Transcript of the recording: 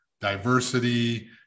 diversity